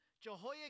Jehoiakim